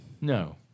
No